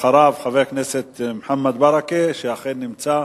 אחריו, חבר הכנסת מוחמד ברכה, שאכן נמצא.